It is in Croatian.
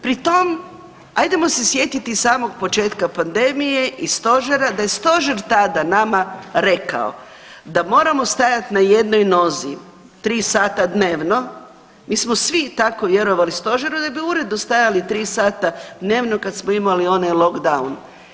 Pri tom, ajdemo se sjetiti samog početka pandemije i Stožera, da je Stožer tada nama rekao, da moramo stajati na jednoj nozi, 3 sata dnevno, mi smo svi tako vjerovali Stožeru da bi uredno stajali 3 sata dnevno kad smo imali onaj lockdown.